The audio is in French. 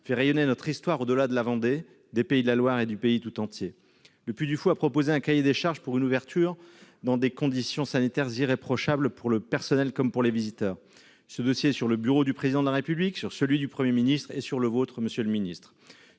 fait rayonner notre histoire au-delà de la Vendée, des Pays de la Loire et du pays tout entier. Le Puy du Fou a proposé un cahier des charges garantissant une ouverture dans des conditions sanitaires irréprochables, pour le personnel comme pour les visiteurs. Ce dossier est sur le bureau du Président de la République, sur celui du Premier ministre et sur le vôtre. Sur ces